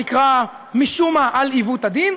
נקרא משום מה "על עיוות הדין".